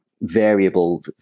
variable